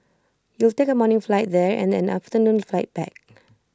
you'll take A morning flight there and an afternoon flight back